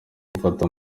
gufata